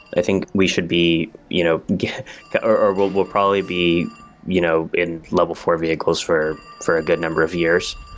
i think we should be you know or we'll we'll probably be you know in level four vehicles for for a good number of years,